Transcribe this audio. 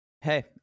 Hey